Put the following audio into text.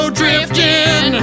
drifting